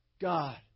God